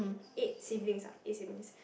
eight siblings lah eight siblings